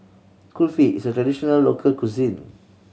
Kulfi is a traditional local cuisine